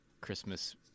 Christmas